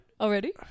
already